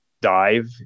dive